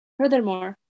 Furthermore